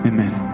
Amen